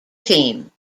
team